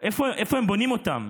איפה הם בונים אותם?